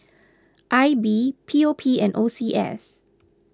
I B P O P and O C S